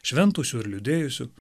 šventusių ir liūdėjusių